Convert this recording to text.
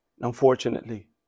unfortunately